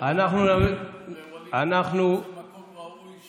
מקום ראוי,